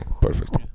Perfect